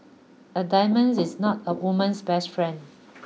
a diamond is not a woman's best friend